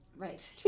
Right